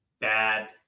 Bad